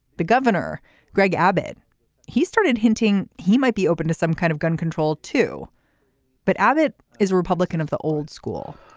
the governor greg abbott he started hinting he might be open to some kind of gun control too but abbott is a republican of the old school.